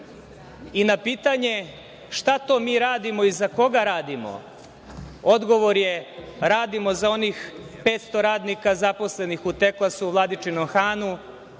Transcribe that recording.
pitanje – šta to mi radimo i za koga radimo, odgovor je da radimo za onih 500 radnika zaposlenih u „Teklasu“, Vladičinom Hanu,